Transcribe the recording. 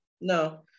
No